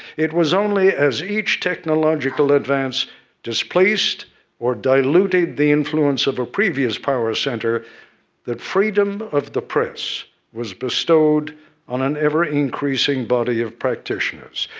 it was only as each technological advance displaced or diluted the influence of a previous power center that freedom of the press was bestowed on an ever-increasing body of practitioners.